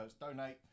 donate